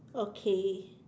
okay